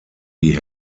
die